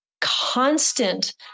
constant